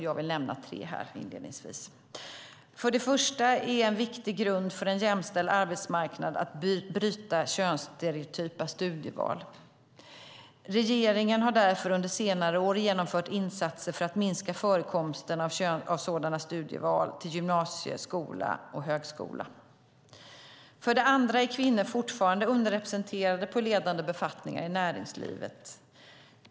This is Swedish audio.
Jag vill här inledningsvis nämna tre: För det första är en viktig grund för en jämställd arbetsmarknad att bryta könsstereotypa studieval. Regeringen har därför under senare år genomfört insatser för att minska förekomsten av sådana studieval till gymnasieskola och högskola. För det andra är kvinnor fortfarande underrepresenterade på ledande befattningar i näringslivet.